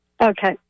Okay